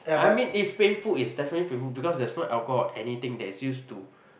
I mean it's painful it's definitely painful because there is no alcohol or anything that's used to